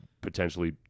potentially